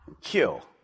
kill